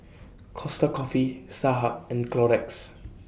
Costa Coffee Starhub and Clorox